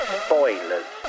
spoilers